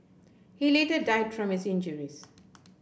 he later died from his injuries